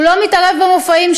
הוא לא מתערב במופעים,